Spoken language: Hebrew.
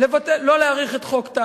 לא להאריך את החוק,